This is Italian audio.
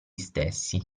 stessi